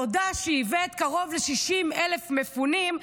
תודה שהבאת קרוב ל-60,000 מפונים,